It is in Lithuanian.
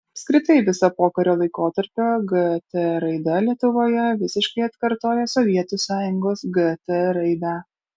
apskritai visa pokario laikotarpio gt raida lietuvoje visiškai atkartoja sovietų sąjungos gt raidą